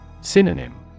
Synonym